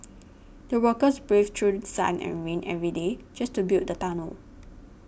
the workers braved through sun and rain every day just to build the tunnel